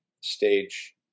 stage